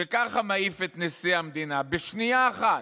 שככה מעיף את נשיא המדינה, בשנייה אחת,